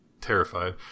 terrified